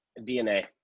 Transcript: DNA